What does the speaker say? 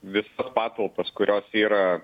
visas patalpas kurios yra